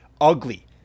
ugly